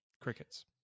crickets